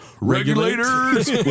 Regulators